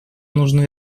нужны